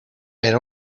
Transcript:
era